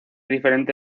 diferente